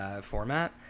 format